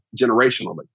generationally